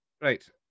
Right